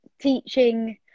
teaching